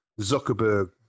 Zuckerberg